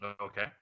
Okay